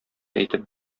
әйтеп